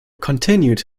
continued